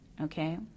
okay